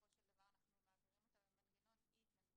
בסופו של דבר אנחנו מעבירים אותה במנגנון אי התנגדות.